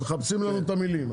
הם מחפשים לנו את המילים,